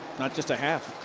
not just a half.